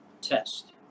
test